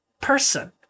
person